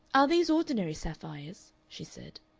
are these ordinary sapphires? she said.